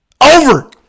Over